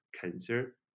cancer